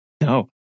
no